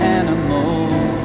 animals